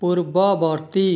ପୂର୍ବବର୍ତ୍ତୀ